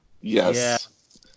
Yes